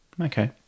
Okay